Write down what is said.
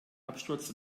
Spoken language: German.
absturz